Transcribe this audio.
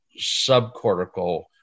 subcortical